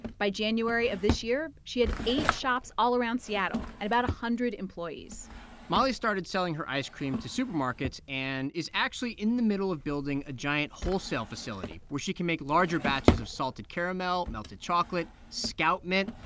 by january of this year, she had eight shops all around seattle and about a hundred employees molly started selling her ice cream to supermarkets and is actually in the middle of building a giant wholesale facility where she can make larger batches of salted caramel, melted chocolate, scout mint,